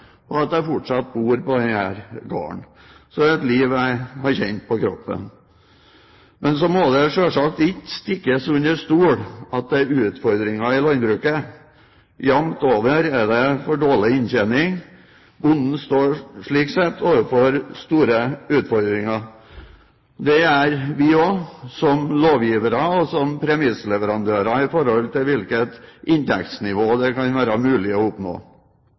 og at jeg fortsatt bor på denne garden. Så dette er et liv jeg har kjent på kroppen. Men så må det selvsagt ikke stikkes under stol at det er utfordringer i landbruket. Jamt over er det for dårlig inntjening. Bonden står slik sett overfor store utfordringer. Det gjør vi også, som lovgivere og som premissleverandører i forhold til hvilket inntektsnivå det kan være mulig å oppnå.